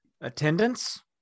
attendance